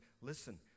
Listen